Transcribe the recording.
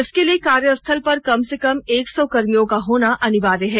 इसके लिए कार्यस्थल पर कम से कम एक सौ कर्मियों का होना अनिवार्य है